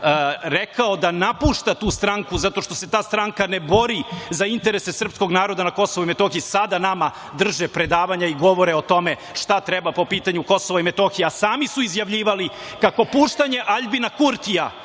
rekao da napušta tu stranku zato što se ta stranka ne bori za interese srpskog naroda na Kosovu i Metohiji, sada nama drže predavanja i govore o tome šta treba po pitanju Kosova i Metohije, a sami su izjavljivali kako puštanje Aljbina Kurtija